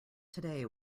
today